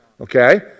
Okay